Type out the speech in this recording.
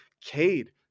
Cade